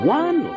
one